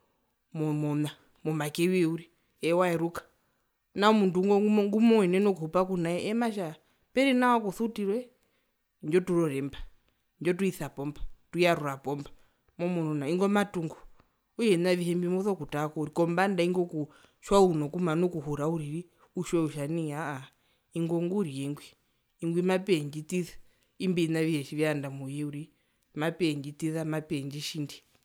Mo mo mona make woye uriri eye waeruka nao omundu ngo ngumoenene kuhupa punaye eye matja peri nawa kosutirwe indjo turore mba indjo twisapo mba tuyarurapo mba momunu nao ingo matungu okutja ovina avihe mbi moso kutaako uriri kombanda ingo ku tjiwazu nokumana okuhura uriri utjiwe kutja nai haa haa ingwi onguriye ngwi ingwi mapeya endjitiza imbio vina avihe tjivyaanda mouye uriri maeya endjitiza mapeya endjitjindi.